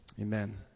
Amen